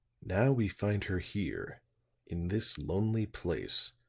now we find her here in this lonely place,